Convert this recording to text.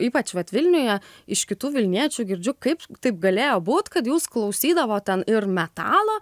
ypač vat vilniuje iš kitų vilniečių girdžiu kaip taip galėjo būt kad jūs klausydavot ten ir metalą